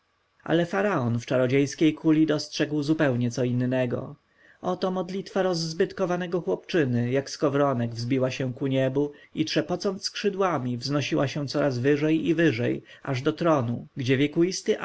ale faraon w czarodziejskiej kuli dostrzegł zupełnie co innego oto modlitwa rozzbytkowanego chłopczyny jak skowronek wzbiła się ku niebu i trzepocząc skrzydłami wznosiła się coraz wyżej i wyżej aż do tronu gdzie wiekuisty